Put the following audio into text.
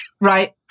right